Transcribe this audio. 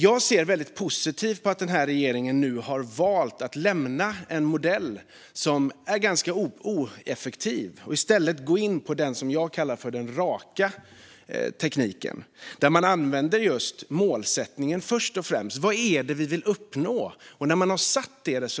Jag ser väldigt positivt på att regeringen nu har valt att lämna en modell som är ganska ineffektiv och i stället gå in på det som jag kallar för RAK-tekniken, där man sätter målet först: Vad är det vi vill uppnå? När man har satt målet